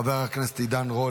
חבר הכנסת עידן רול,